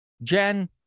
Jen